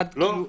לא,